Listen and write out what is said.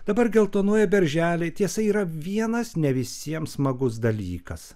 dabar geltonuoja berželiai tiesa yra vienas ne visiems smagus dalykas